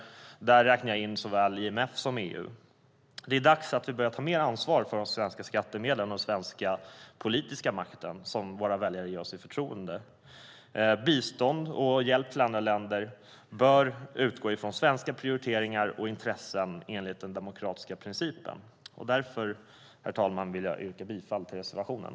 Där räknar jag in såväl IMF som EU. Det är dags att vi börjar ta mer ansvar för de svenska skattemedlen och den svenska politiska makten, som våra väljare gett sitt förtroende. Bistånd och hjälp i andra länder bör utgå från svenska prioriteringar och intressen enligt den demokratiska principen. Därför, herr talman, yrkar jag bifall till reservationen.